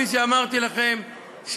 כפי שאמרתי לכם,